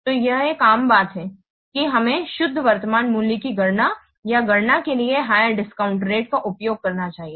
तो यह एक आम बात है कि हमें शुद्ध वर्तमान मूल्य की गणना या गणना के लिए हायर डिस्काउंट रेट का उपयोग करना चाहिए